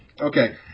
Okay